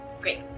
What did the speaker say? Great